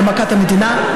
למכת מדינה,